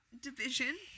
division